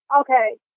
okay